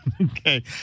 Okay